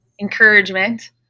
encouragement